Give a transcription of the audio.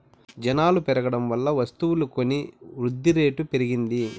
జనాలు పెరగడం వల్ల వస్తువులు కొని వృద్ధిరేటు పెరిగింది